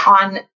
on